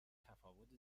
تفاوت